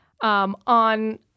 on